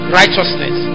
righteousness